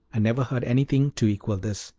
i never heard anything to equal this!